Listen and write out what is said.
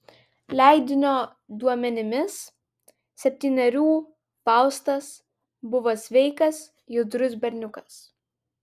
leidinio duomenimis septynerių faustas buvo sveikas judrus berniukas